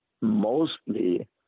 mostly